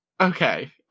Okay